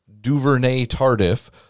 Duvernay-Tardif